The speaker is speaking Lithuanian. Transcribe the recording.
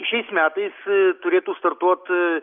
šiais metais turėtų startuot